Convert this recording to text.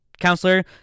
counselor